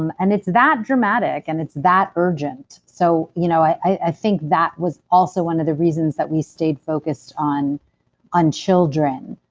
um and it's that dramatic, and it's that urgent. so you know i think that is also one of the reasons that we stayed focused on on children.